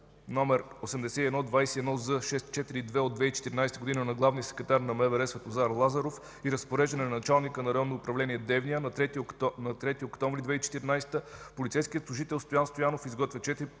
№ 81-21-з-642 от 2014 г. на главния секретар на МВР Светозар Лазаров и разпореждане на началника на Районно управление – Девня, на 3 октомври 2014 г. полицейският служител Стоян Стоянов изготвя